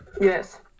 Yes